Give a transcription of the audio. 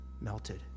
melted